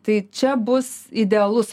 tai čia bus idealus